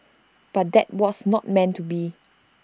but that was not meant to be